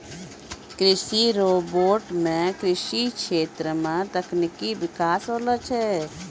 कृषि रोबोट सें कृषि क्षेत्र मे तकनीकी बिकास होलो छै